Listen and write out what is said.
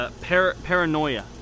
Paranoia